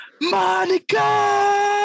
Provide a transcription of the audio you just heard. Monica